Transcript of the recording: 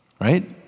right